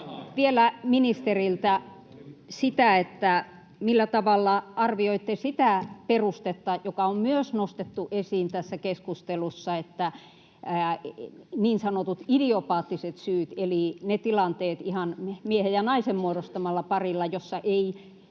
vielä ministeriltä: millä tavalla arvioitte sitä perustetta, joka on myös nostettu esiin tässä keskustelussa, että niin sanotut idiopaattiset syyt, eli tilanteet ihan miehen ja naisen muodostamalla parilla, joissa ei